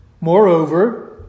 Moreover